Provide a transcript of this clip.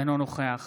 אינו נוכח